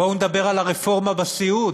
בואו נדבר על הרפורמה בסיעוד,